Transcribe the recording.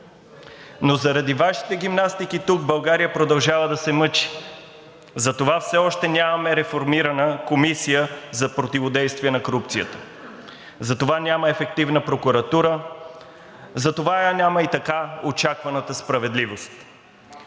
Но заради Вашите гимнастики тук България продължава да се мъчи, затова все още нямаме реформирана Комисия за противодействие на корупцията, затова няма ефективна прокуратура, затова я няма и така очакваната справедливост.